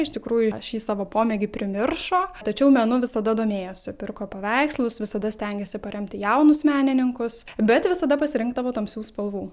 iš tikrųjų šį savo pomėgį primiršo tačiau menu visada domėjosi pirko paveikslus visada stengėsi paremti jaunus menininkus bet visada pasirinkdavo tamsių spalvų